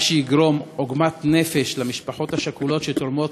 מה שיגרום עוגמת נפש למשפחות השכולות שתורמות